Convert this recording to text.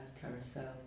carousel